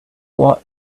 what